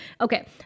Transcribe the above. okay